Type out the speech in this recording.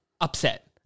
upset